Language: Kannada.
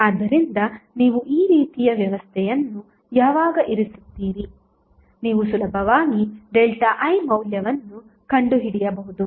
ಆದ್ದರಿಂದ ನೀವು ಈ ರೀತಿಯ ವ್ಯವಸ್ಥೆಯನ್ನು ಯಾವಾಗ ಇರಿಸುತ್ತೀರಿ ನೀವು ಸುಲಭವಾಗಿ ΔI ಮೌಲ್ಯವನ್ನು ಕಂಡುಹಿಡಿಯಬಹುದು